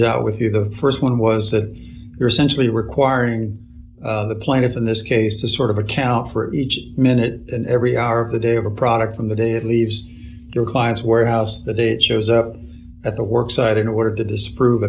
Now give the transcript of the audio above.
out with you the st one was that you're essentially requiring the plaintiff in this case to sort of account for each minute and every hour of the day of a product from the day it leaves your client's warehouse that it shows up at the work site in order to disprove